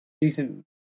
decent